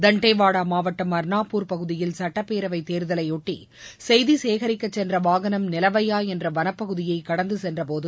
தண்டேவாடா மாவட்டம் அர்னாப்பூர் பகுதியில் சுட்டப் பேரவைத் தேர்தலையொட்டி செய்தி சேகரிக்க சென்ற வாகனம் நிலவையா என்ற வளப்பகுதியை கடந்துசென்ற போது